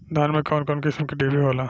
धान में कउन कउन किस्म के डिभी होला?